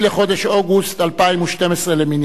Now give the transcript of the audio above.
בחודש אוגוסט 2012 למניינם.